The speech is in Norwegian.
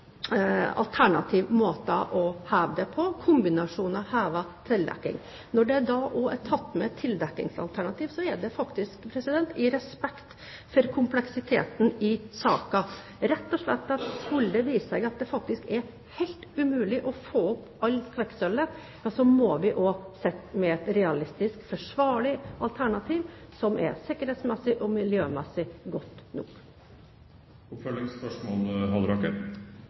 å heve det på, kombinerer heving/tildekking. Når det også er tatt med et tildekkingsalternativ, er det i respekt for kompleksiteten i saken, rett og slett slik at skulle det vise seg at det vil være helt umulig å få opp alt kvikksølvet, så må vi også sitte med et realistisk, forsvarlig alternativ, som sikkerhetsmessig og miljømessig er godt